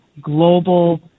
global